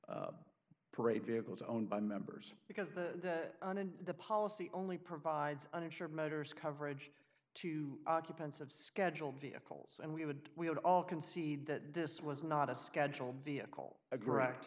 these parade vehicles owned by members because the the policy only provides uninsured motors coverage to occupants of scheduled vehicles and we would we would all concede that this was not a scheduled vehicle a gr